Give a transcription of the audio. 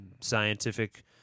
scientific